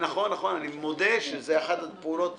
אני מודה שזאת אחת הפעולות הטובות.